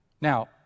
Now